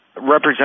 represent